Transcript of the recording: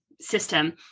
system